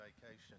vacation